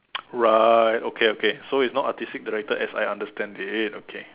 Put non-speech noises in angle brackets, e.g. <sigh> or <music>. <noise> right okay okay so it's not artistic director as I understand it okay